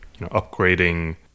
upgrading